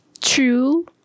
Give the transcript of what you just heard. true